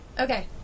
Okay